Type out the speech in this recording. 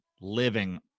living